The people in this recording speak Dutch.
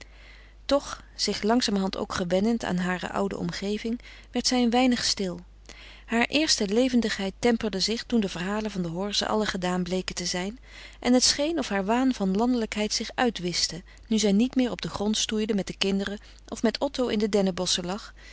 toch zich langzamerhand ook gewennend aan hare oude omgeving werd zij een weinig stil haar eerste levendigheid temperde zich toen de verhalen van de horze alle gedaan bleken te zijn en het scheen of haar waan van landelijkheid zich uitwischte nu zij niet meer op den grond stoeide met de kinderen of met otto in de dennebosschen lag